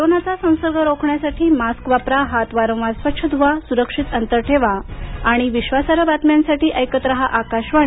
कोरोनाचा संसर्ग रोखण्यासाठी मास्क वापरा हात वारंवार स्वच्छ धुवा सुरक्षित अंतर ठेवा आणि विश्वासार्ह बातम्यांसाठी ऐकत राहा आकाशवाणी